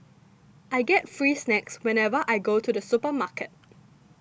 I get free snacks whenever I go to the supermarket